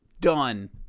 Done